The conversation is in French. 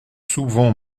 souvent